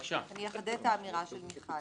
אני אחדד את האמירה של מיכל.